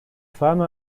femme